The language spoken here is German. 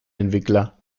entwickler